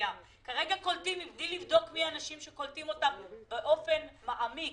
כרגע קולטים בלי לבדוק מי האנשים שקולטים אותם באופן מעמיק.